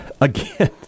again